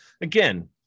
Again